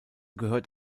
gehört